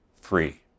free